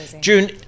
June